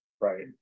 right